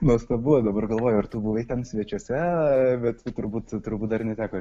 nuostabu o dabar galvoju ar tu buvai ten svečiuose bet turbūt turbūt dar neteko